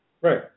Right